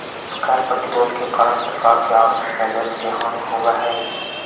कर प्रतिरोध के कारण सरकार के आर्थिक राजस्व के हानि होवऽ हई